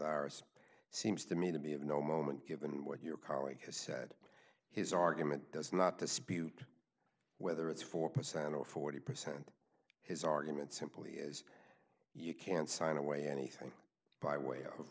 isp seems to me to be of no moment given what your colleague has said his argument does not dispute whether it's four percent or forty percent his argument simply is you can't sign away anything by way of